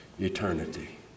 eternity